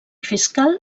fiscal